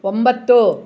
ಒಂಬತ್ತು